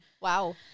Wow